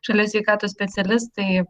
šalies sveikatos specialistai